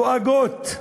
דואגות,